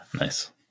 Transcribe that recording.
Nice